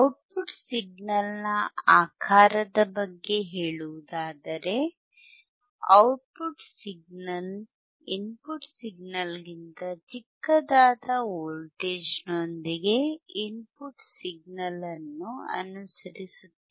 output ಸಿಗ್ನಲ್ನ ಆಕಾರದ ಬಗ್ಗೆ ಹೇಳುವುದಾದರೆ ಔಟ್ಪುಟ್ ಸಿಗ್ನಲ್ ಇನ್ಪುಟ್ ಸಿಗ್ನಲ್ಗಿಂತ ಚಿಕ್ಕದಾದ ವೋಲ್ಟೇಜ್ನೊಂದಿಗೆ ಇನ್ಪುಟ್ ಸಿಗ್ನಲ್ ಅನ್ನು ಅನುಸರಿಸುತ್ತದೆ